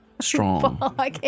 Strong